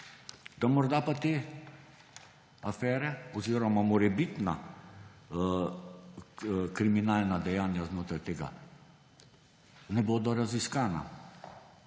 da morda pa te afere oziroma morebitna kriminalna dejanja znotraj tega ne bodo raziskana.